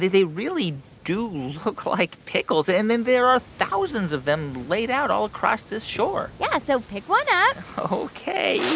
they really do look like pickles. and then there are thousands of them laid out all across this shore yeah. so pick one up ok